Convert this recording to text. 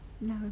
No